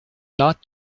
not